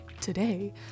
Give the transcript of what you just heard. Today